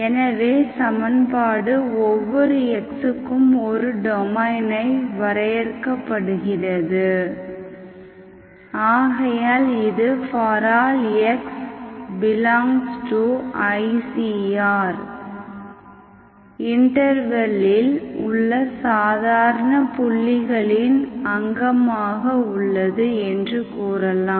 எனவே சமன்பாடு ஒவ்வொரு x க்கும் ஒரு டொமைனை வரையறுக்கப்படுகிறது ஆகையால் இது ∀x∈ICR இண்டெர்வெல் இல் உள்ள சாதாரண புள்ளிகளின் அங்கமாக உள்ளது என்று கூறலாம்